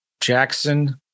Jackson